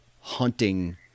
hunting